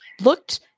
looked